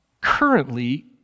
currently